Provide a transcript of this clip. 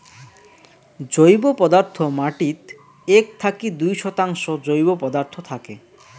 জৈব পদার্থ মাটিত এক থাকি দুই শতাংশ জৈব পদার্থ থাকে